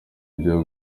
ibyo